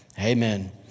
Amen